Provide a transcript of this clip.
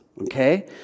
Okay